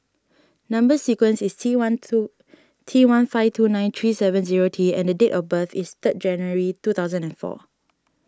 Number Sequence is T one two T one five two nine three seven zero T and date of birth is third January two thousand and four